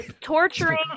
torturing